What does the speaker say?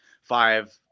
five